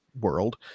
world